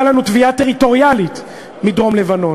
לנו תביעה טריטוריאלית מדרום-לבנון,